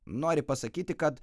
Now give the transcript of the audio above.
nori pasakyti kad